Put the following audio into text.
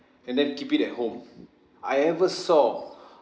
and then keep it at home I ever saw